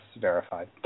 verified